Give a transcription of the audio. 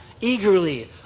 eagerly